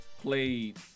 played